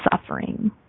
suffering